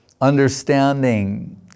understanding